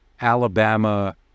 Alabama